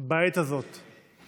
בעת הזאת.